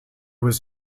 was